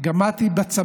אני מוסיף לך